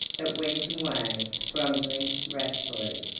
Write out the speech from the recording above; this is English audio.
but went away grumbling wrathfully.